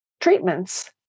treatments